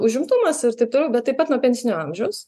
užimtumas ir taitu bet taip pat nuo pensinio amžiaus